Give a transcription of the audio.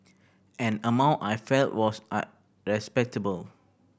an amount I felt was respectable